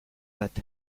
bat